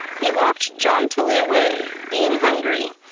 he walked jauntily away, being hungry,